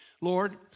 Lord